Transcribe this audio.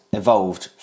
evolved